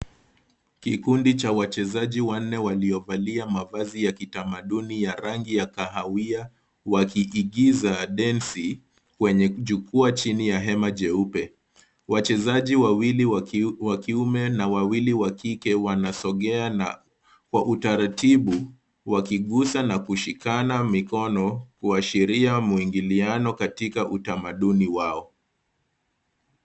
Kikundi cha wachezaji wanne waliovalia mavazi ya kitamaduni ya rangi ya kahawia, wakiigiza densi kwenye jukwa chini ya hema jeupe. Wachezaji wawili wa kiume na wawili wa kike wanasogea kwa utaratibu wakigusa na kushikana mikono kuashiria muingiliano katika utamaduni wao.